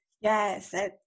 Yes